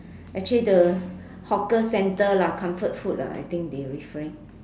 actually the hawker center lah comfort food lah I think they referring